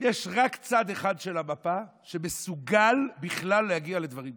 יש רק צד אחד של המפה שמסוגל בכלל להגיע לדברים כאלה,